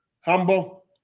humble